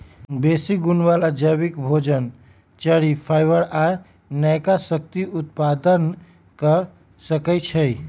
बेशी गुण बला जैबिक भोजन, चरि, फाइबर आ नयका शक्ति उत्पादन क सकै छइ